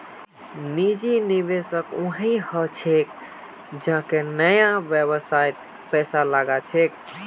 निजी निवेशक वई ह छेक जेको नया व्यापारत पैसा लगा छेक